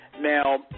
Now